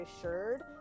assured